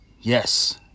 yes